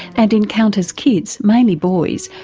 and encounters kids, mainly boys,